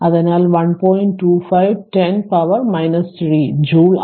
25 10 പവറിന് 3 അത് ജൂൾ ആണ്